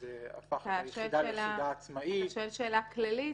מה שהפך את היחידה יחידה עצמאית --- אתה שואל שאלה כללית?